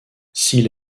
s’il